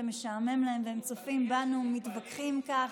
שמשעמם להם והם צופים בנו מתווכחים כך.